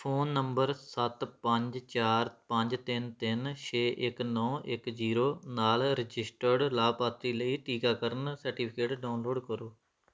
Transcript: phone number ਸੱਤ ਪੰਜ ਚਾਰ ਪੰਜ ਤਿੰਨ ਤਿੰਨ ਛੇ ਇੱਕ ਨੌ ਇੱਕ ਜ਼ੀਰੋ ਨਾਲ ਰਜਿਸਟਰਡ ਲਾਭਪਾਤਰੀ ਲਈ ਟੀਕਾਕਰਨ ਸਰਟੀਫਿਕੇਟ ਡਾਊਨਲੋਡ ਕਰੋ